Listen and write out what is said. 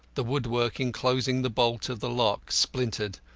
the woodwork enclosing the bolt of the lock splintered,